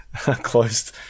closed